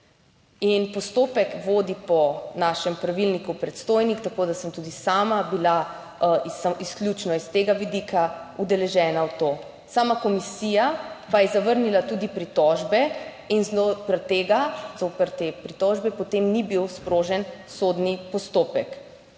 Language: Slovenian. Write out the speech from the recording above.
In postopek vodi po našem pravilniku predstojnik, tako da sem tudi sama bila, izključno iz tega vidika, udeležena v to. Sama komisija pa je zavrnila tudi pritožbe in zoper tega, zoper te pritožbe, potem ni bil sprožen sodni postopek.